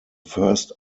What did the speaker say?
first